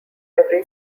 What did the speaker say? every